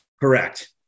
Correct